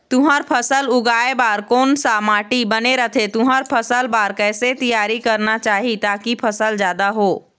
तुंहर फसल उगाए बार कोन सा माटी बने रथे तुंहर फसल बार कैसे तियारी करना चाही ताकि फसल जादा हो?